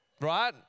Right